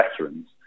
veterans